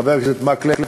חבר הכנסת מקלב,